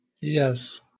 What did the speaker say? Yes